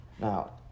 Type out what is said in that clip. Now